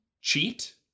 cheat